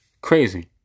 Crazy